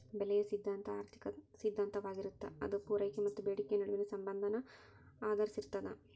ಬೆಲೆಯ ಸಿದ್ಧಾಂತ ಆರ್ಥಿಕ ಸಿದ್ಧಾಂತವಾಗಿರತ್ತ ಅದ ಪೂರೈಕೆ ಮತ್ತ ಬೇಡಿಕೆಯ ನಡುವಿನ ಸಂಬಂಧನ ಆಧರಿಸಿರ್ತದ